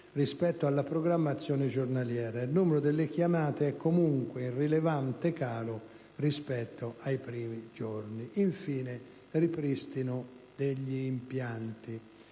il numero delle chiamate è comunque in rilevante calo rispetto ai primi giorni. Infine, per quanto